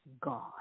God